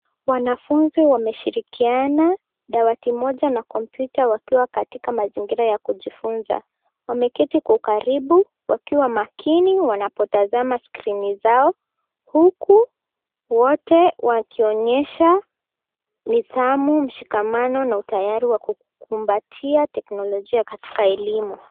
Wanafunzi wameshirikiana dawati moja, na kompyuta wakiwa katika mazingira ya kujifunza. Wameketi kwa ukaribu wakiwa makini, wanapotazama skrini zao, huku, wote wakionyesha nidhamu, mshikamano, na utayari wa kukumbatia teknolojia katika elimu.